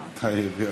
(אומרת בערבית: